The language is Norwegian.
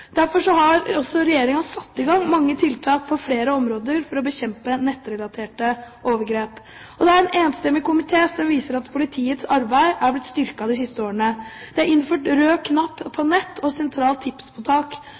Derfor har Regjeringen satt i gang mange tiltak på flere områder for å bekjempe nettrelaterte overgrep. Det er en enstemmig komité som viser til at politiets arbeid har blitt styrket de siste årene. Det er innført rød knapp